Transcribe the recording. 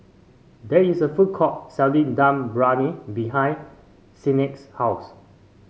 there is a food court selling Dum Briyani behind Signe's house